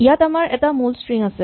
ইয়াত আমাৰ এটা মূল স্ট্ৰিং আছে